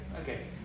Okay